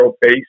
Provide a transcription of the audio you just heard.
base